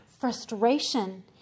frustration